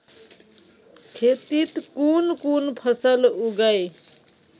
खेतीत कुन कुन फसल उगेई?